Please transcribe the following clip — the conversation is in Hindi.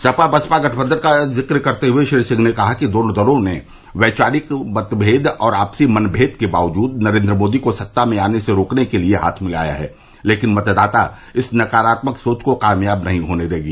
सपा बसपा गठबंधन का जिक्र करते हुए श्री सिंह ने कहा कि दोनों दलों ने वैचारिक मतभेद और आपसी मनभेद के बावजूद नरेन्द्र मोदी को सत्ता में आने से रोकने के लिये हाथ मिलाया है लेकिन मतदाता इस नकारात्मक सोच को कामयाब नहीं होने देगी